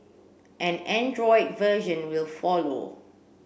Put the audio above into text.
an Android version will follow